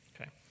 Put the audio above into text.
Okay